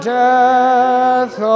death